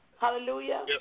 Hallelujah